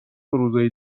روزای